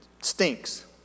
stinks